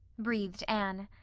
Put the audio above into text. breathed anne.